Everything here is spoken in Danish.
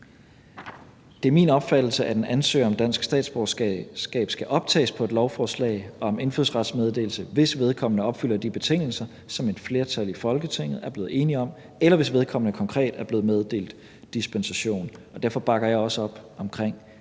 Det er min opfattelse, at en ansøger om dansk statsborgerskab skal optages på et lovforslag om indfødsretsmeddelelse, hvis vedkommende opfylder de betingelser, som et flertal i Folketinget er blevet enige om, eller hvis vedkommende konkret er blevet meddelt dispensation. Derfor bakker jeg også op om